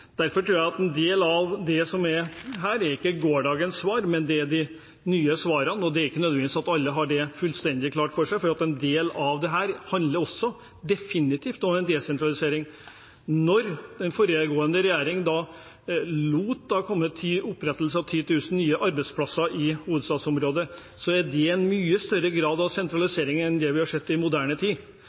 Derfor tror jeg at en del av dette ikke er gårsdagens svar, men det er de nye svarene, og det er ikke nødvendig at alle har det fullstendig klart for seg, for en del av dette handler også definitivt om en desentralisering. Da den foregående regjering opprettet 10 000 arbeidsplasser i hovedstadsområdet, var det en mye større grad av sentralisering enn det vi har sett i moderne tid.